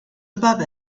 above